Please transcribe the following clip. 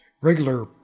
regular